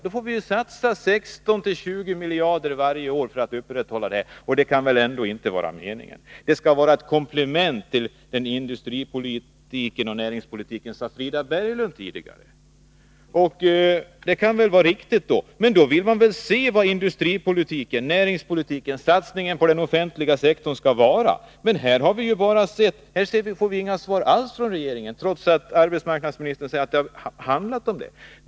Då måste vi ju satsa 16-20 miljarder kronor varje år för att upprätthålla samma nivå, och det kan väl ändå inte vara meningen. Frida Berglund sade tidigare att det skall vara ett komplement till industrioch näringspolitiken. Det kan väl vara riktigt. Men då vill man se vad industrioch näringspolitiken samt satsningen på den offentliga sektorn skall innebära. Men nu får vi inga svar alls från regeringen, trots att arbetsmarknadsministern säger att det handlar om detta.